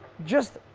just,